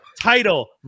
Title